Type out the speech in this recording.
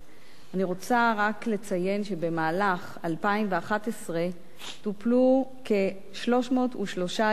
אני רוצה רק לציין שבמהלך 2011 טופלו כ-303 אירועים